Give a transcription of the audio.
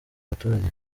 baturage